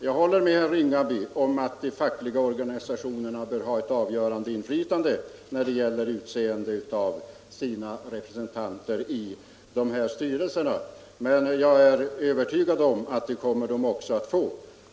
Jag håller med herr Ringaby om att de fackliga organisationerna bör ha ett avgörande inflytande när det gäller att utse sina representanter i styrelserna, men jag är övertygad om att det kommer de också att få.